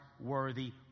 worthy